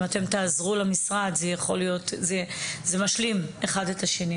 אם אתם תעזרו למשרד זה משלים אחד את השני.